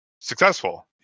successful